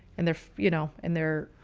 and they're, you know, in there,